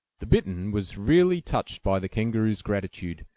the bittern was really touched by the kangaroo's gratitude,